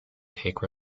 take